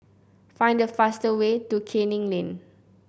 find the fastest way to Canning Lane